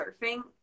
surfing